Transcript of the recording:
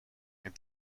and